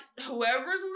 whoever's